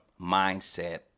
mindset